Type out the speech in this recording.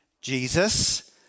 Jesus